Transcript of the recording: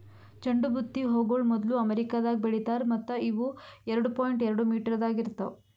ಚಂಡು ಬುತ್ತಿ ಹೂಗೊಳ್ ಮೊದ್ಲು ಅಮೆರಿಕದಾಗ್ ಬೆಳಿತಾರ್ ಮತ್ತ ಇವು ಎರಡು ಪಾಯಿಂಟ್ ಎರಡು ಮೀಟರದಾಗ್ ಇರ್ತಾವ್